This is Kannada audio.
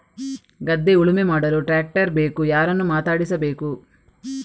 ಗದ್ಧೆ ಉಳುಮೆ ಮಾಡಲು ಟ್ರ್ಯಾಕ್ಟರ್ ಬೇಕು ಯಾರನ್ನು ಮಾತಾಡಿಸಬೇಕು?